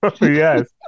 Yes